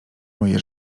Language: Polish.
moje